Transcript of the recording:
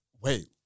wait